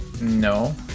No